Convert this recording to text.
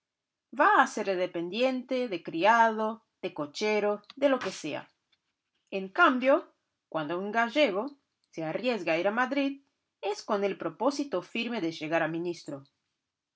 va a hacer de dependiente de criado de cochero de lo que sea en cambio cuando un gallego se arriesga a ir a madrid es con el propósito firme de llegar a ministro